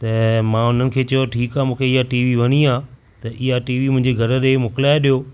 त मां हुननि खे चयो ठीकु आहे मूंखे हीअ टीवी वणी आहे त इहा टीवी मुंहिंजे घर ते मोकिलाए ॾियो